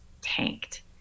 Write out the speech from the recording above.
tanked